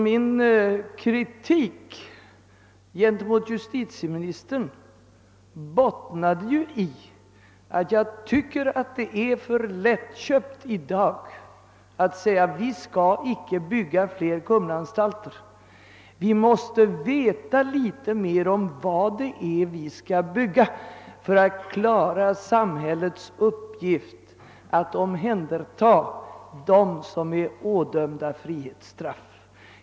Min kritik mot justitieministern bottnade ju i att jag tycker att det i dag är för lättvindigt att säga att vi icke skall bygga fler Kumlaanstalter. Vi måste veta en smula mer om vad vi skall bygga för att kunna klara samhällets uppgift att omhänderta dem som är ådömda frihetsstraff.